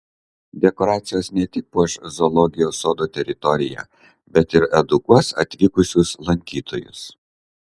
dekoracijos ne tik puoš zoologijos sodo teritoriją bet ir edukuos atvykusius lankytojus